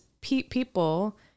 people